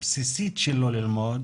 הבסיסית שלו ללמוד.